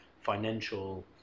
financial